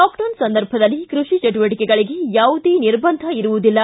lockdown ಸಂದರ್ಭದಲ್ಲಿ ಕೃಷಿ ಚಟುವಟಿಕೆಗಳಿಗೆ ಯಾವುದೇ ನಿರ್ಬಂಧ ಇರುವುದಿಲ್ಲ